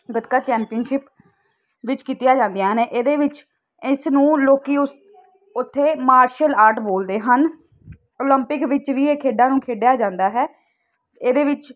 gatka championship ਵਿੱਚ ਕੀਤੀਆਂ ਜਾਂਦੀਆਂ ਨੇ ਇਹਦੇ ਵਿੱਚ ਇਸ ਨੂੰ ਲੋਕ ਉਸ ਉੱਥੇ ਮਾਰਸ਼ਲ ਆਰਟ ਬੋਲਦੇ ਹਨ ਓਲੰਪਿਕ ਵਿੱਚ ਵੀ ਇਹ ਖੇਡਾਂ ਨੂੰ ਖੇਡਿਆ ਜਾਂਦਾ ਹੈ ਇਹਦੇ ਵਿੱਚ